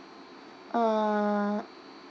uh